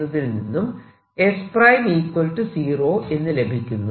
എന്നതിൽ നിന്നും s 0 എന്ന് ലഭിക്കുന്നു